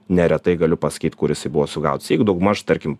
neretai galiu pasakyt kur jisai buvo sugautas jeigu daugmaž tarkim